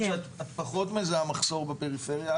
אמרת שאת פחות מזהה מחסור בפריפריה,